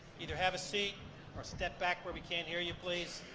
either have a seat or step back where we can't hear you, please.